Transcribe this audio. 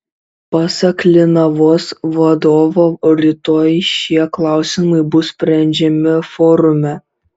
pasak linavos vadovo rytoj šie klausimai bus sprendžiami forume